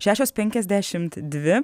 šešios penkiasdešimt dvi